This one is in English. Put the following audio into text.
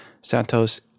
Santos